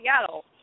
Seattle